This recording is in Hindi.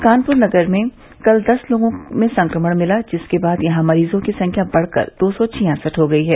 कानपुर नगर में कल दस लोगों में संक्रमण मिला जिसके बाद यहां मरीजों की संख्या बढ़कर दो सौ छियासठ हो गई है